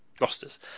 rosters